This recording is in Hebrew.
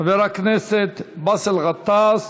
חבר הכנסת באסל גטאס,